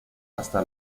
hasta